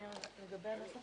אני מחדשת